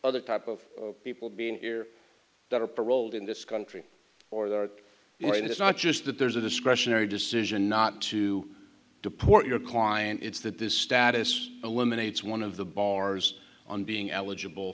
other type of people being here that are paroled in this country or that way and it's not just that there's a discretionary decision not to deport your client it's that this status eliminates one of the bars on being eligible